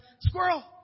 Squirrel